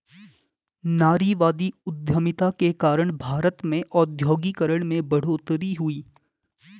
नारीवादी उधमिता के कारण भारत में औद्योगिकरण में बढ़ोतरी हुई